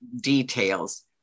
details